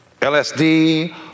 LSD